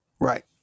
Right